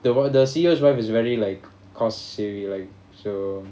the wha~ the C_E_O wife is very like cost savvy like so